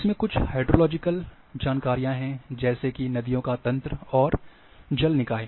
इसमें कुछ हाइड्रोलॉजिकल जानकारियाँ है जैसे कि नदियों का तंत्र और जल निकाय